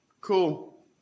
cool